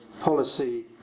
policy